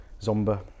Zomba